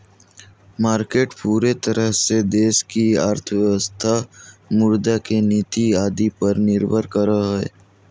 market पूरे तरह से देश की अर्थव्यवस्था मुद्रा के नीति आदि पर निर्भर करो हइ